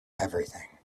everything